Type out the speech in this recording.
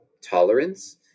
tolerance